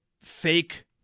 fake